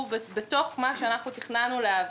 הוא בתוך מה שאנחנו תכננו להעביר.